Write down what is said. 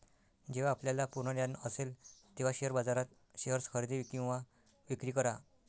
जेव्हा आपल्याला पूर्ण ज्ञान असेल तेव्हाच शेअर बाजारात शेअर्स खरेदी किंवा विक्री करा